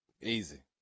Easy